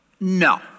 No